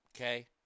Okay